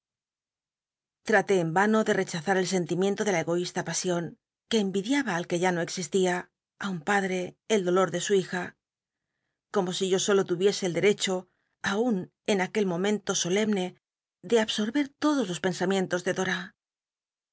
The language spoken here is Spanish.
faté en vano ele rechazar el cnlimiento de la egoísta pasion ue envidiaba al que ya no existia un padre el dolot de su hija como si yo solo turiese el derecho auu en aquel momento solemne de abso rber todos los llcnsa mientos de dora